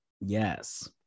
yes